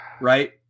right